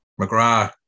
McGrath